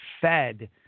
fed